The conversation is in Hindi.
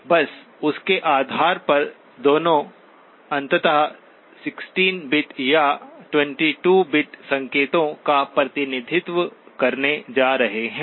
बस उसके आधार पर दोनों अंततः 16 बिट या 22 बिट संकेतों का प्रतिनिधित्व करने जा रहे हैं